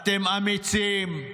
אתם אמיצים,